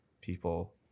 people